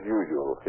usual